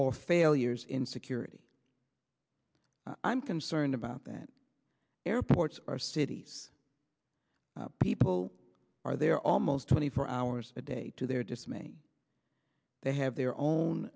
or failures in security i'm concerned about that airports are cities people are there almost twenty four hours a day to their dismay they have their own